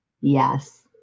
yes